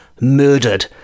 murdered